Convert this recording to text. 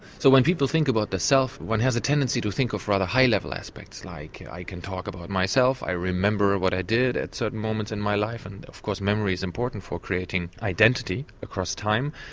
so when people think about the self, one has a tendency to think of rather high level aspects, like i can talk about myself, i remember what i did at certain moments in my life, and of course memory is important for creating identity across time.